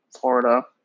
Florida